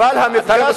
אבל המפגש,